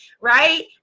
right